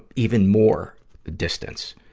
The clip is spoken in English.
even more distance.